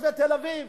תושבי תל-אביב.